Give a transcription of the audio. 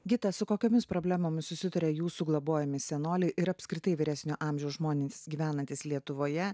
kitas su kokiomis problemomis susiduria jūsų globojami senoliai ir apskritai vyresnio amžiaus žmonės gyvenantys lietuvoje